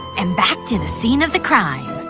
and back to the scene of the crime.